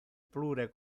plure